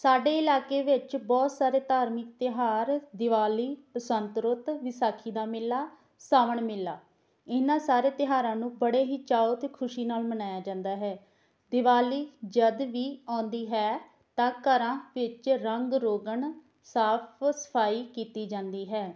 ਸਾਡੇ ਇਲਾਕੇ ਵਿੱਚ ਬਹੁਤ ਸਾਰੇ ਧਾਰਮਿਕ ਤਿਉਹਾਰ ਦੀਵਾਲੀ ਬਸੰਤ ਰੁੱਤ ਵਿਸਾਖੀ ਦਾ ਮੇਲਾ ਸਾਵਣ ਮੇਲਾ ਇਹਨਾਂ ਸਾਰੇ ਤਿਉਹਾਰਾਂ ਨੂੰ ਬੜੇ ਹੀ ਚਾਓ ਅਤੇ ਖੁਸ਼ੀ ਨਾਲ ਮਨਾਇਆ ਜਾਂਦਾ ਹੈ ਦੀਵਾਲੀ ਜਦੋਂ ਵੀ ਆਉਂਦੀ ਹੈ ਤਾਂ ਘਰਾਂ ਵਿੱਚ ਰੰਗ ਰੋਗਨ ਸਾਫ ਸਫਾਈ ਕੀਤੀ ਜਾਂਦੀ ਹੈ